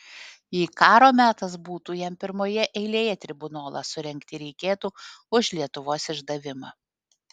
jei karo metas būtų jam pirmoje eilėje tribunolą surengti reikėtų už lietuvos išdavimą